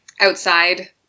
outside